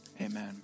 amen